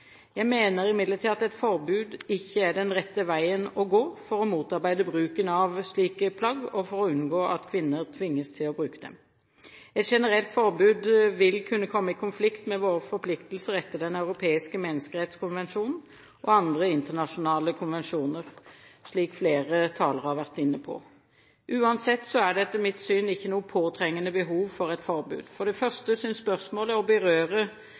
Jeg mener imidlertid at et forbud ikke er den rette veien å gå for å motarbeide bruken av slike plagg og for å unngå at kvinner tvinges til å bruke dem. Et generelt forbud vil kunne komme i konflikt med våre forpliktelser etter Den europeiske menneskerettskonvensjonen og andre internasjonale konvensjoner, slik flere talere har vært inne på. Uansett er det etter mitt syn ikke noe påtrengende behov for et forbud. For det første synes spørsmålet å berøre